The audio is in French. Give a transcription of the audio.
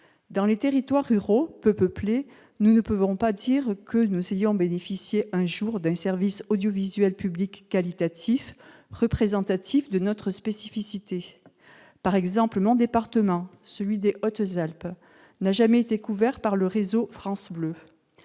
Dans les territoires ruraux, peu peuplés, nous ne pouvons pas dire que nous ayons bénéficié un jour d'un service audiovisuel public qualitatif, représentatif de notre spécificité. Par exemple, mon département, celui des Hautes-Alpes, n'a jamais été couvert par le réseau France Bleu.